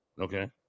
Okay